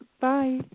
Bye